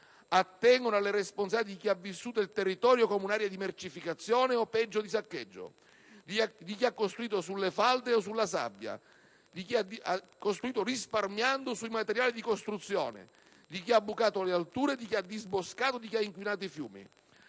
Attengono alle responsabilità di chi ha vissuto il territorio come un'area di mercificazione o peggio di saccheggio, di chi ha costruito sulle falde e sulla sabbia, di chi ha costruito risparmiando sui materiali di costruzione, di chi ha bucato le alture, di chi ha disboscato, di chi ha inquinato i fiumi.